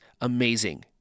amazing